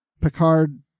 Picard